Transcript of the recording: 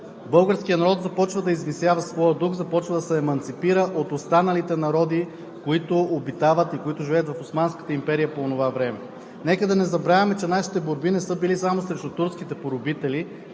българският народ започва да извисява своя дух, започва да се еманципира от останалите народи, които обитават и живеят в Османската империя по онова време. Нека да не забравяме, че нашите борби не са били само срещу турските поробители,